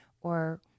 or-